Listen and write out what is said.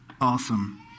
Awesome